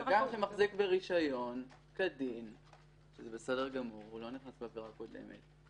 אדם שמחזיק ברישיון כדין לא ייכנס בעבירה הקודמת,